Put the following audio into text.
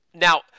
Now